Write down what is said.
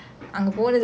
mm